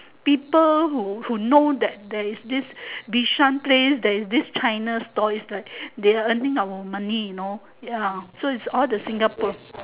people who who know that there is this bishan place there is this china store is like they are earning our money you know ya so it's all the Singaporean